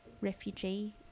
refugee